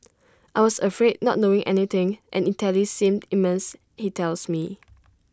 I was afraid not knowing anything and Italy seemed immense he tells me